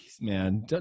man